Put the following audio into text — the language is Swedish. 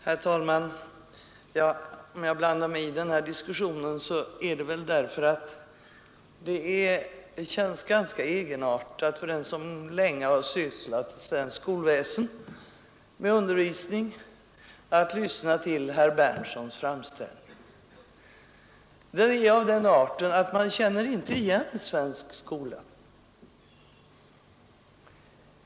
Herr talman! Anledningen till att jag blandar mig i den här diskussionen är att det för den som länge sysslat med undervisning inom svenskt skolväsen känns ganska egenartat att lyssna till herr Berndtsons i Linköping framställning. Den är av den arten att man inte känner igen svensk skola.